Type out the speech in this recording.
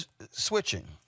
switching